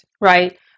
right